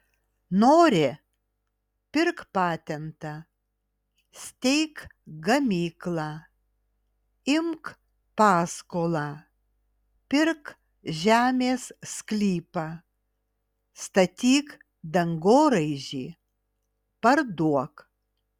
nori pirk patentą steik gamyklą imk paskolą pirk žemės sklypą statyk dangoraižį parduok